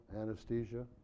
anesthesia